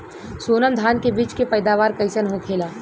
सोनम धान के बिज के पैदावार कइसन होखेला?